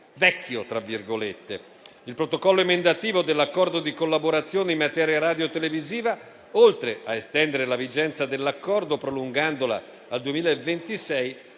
Il Protocollo emendativo dell'Accordo di collaborazione in materia radiotelevisiva, oltre a estendere la vigenza dell'Accordo prolungandola al 2026,